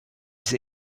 sie